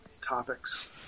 topics